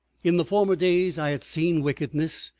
in the former days i had seen wickedness,